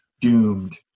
doomed